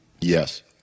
Yes